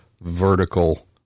vertical